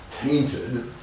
tainted